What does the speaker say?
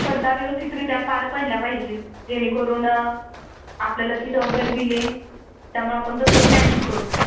स्पर्धा व्यवस्थितरित्या पार पडल्या पाहिजे जेणेकरून आपल्याला ती जबाबदारी दिली आहे त्यामुळं आपण तसं प्लॅनिंग करू